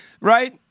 right